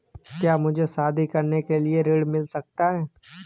क्या मुझे शादी करने के लिए ऋण मिल सकता है?